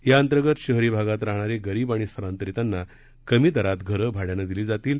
याअंतर्गत शहरी भागात राहणारे गरीब आणि स्थलांतरितांना कमी दरात घरं भाड्यानं दिली जातील